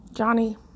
Johnny